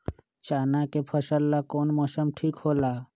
चाना के फसल ला कौन मौसम ठीक होला?